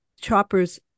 choppers